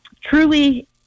truly